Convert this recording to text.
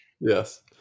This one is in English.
yes